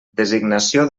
designació